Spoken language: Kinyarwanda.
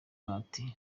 umugati